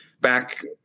back